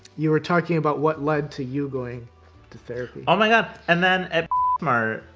you were talking about what led to you going to therapy. oh, my god! and, then at mart,